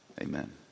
Amen